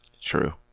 True